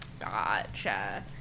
gotcha